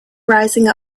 rising